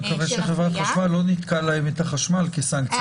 אני מקווה שחברת חשמל לא ניתקה להם את החשמל כסנקציה.